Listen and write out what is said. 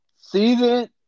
Season